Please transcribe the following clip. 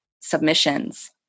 submissions